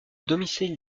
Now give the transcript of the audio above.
domicile